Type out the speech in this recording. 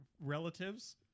relatives